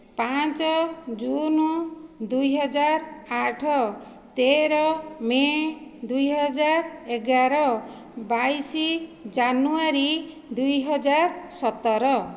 ପାଞ୍ଚ ଜୁନ ଦୁଇ ହଜାର ଆଠ ତେର ମେ ଦୁଇ ହଜାର ଏଗାର ବାଇଶ ଜାନୁଆରୀ ଦୁଇ ହଜାର ସତର